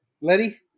Letty